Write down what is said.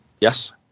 Yes